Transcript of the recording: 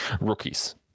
rookies